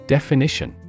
Definition